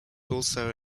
also